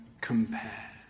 compare